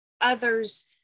others